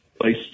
Place